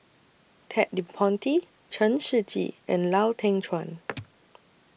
Ted De Ponti Chen Shiji and Lau Teng Chuan